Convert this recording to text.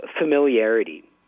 familiarity